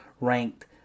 ranked